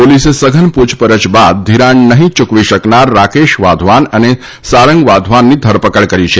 પોલીસે સઘન પુછપરછ બાદ ધિરાણ નહીં ચૂકવી શકનાર રાકેશ વાધવાન તથા સારંગ વાધવાનની ધરપકડ કરી છે